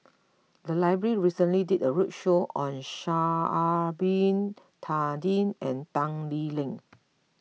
the library recently did a roadshow on Sha'ari Bin Tadin and Tan Lee Leng